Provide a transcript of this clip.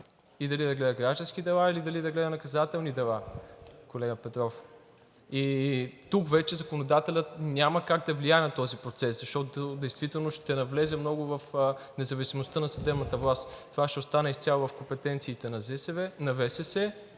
и дали да гледа граждански дела, или да гледа наказателни дела, колега Петров. Тук вече законодателят няма как да влияе на този процес, защото в действителност ще навлезе много в независимостта на съдебната власт. Това ще остане изцяло в компетенциите на